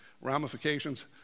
ramifications